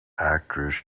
actress